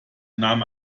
nahm